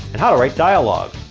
and how to write dialogue.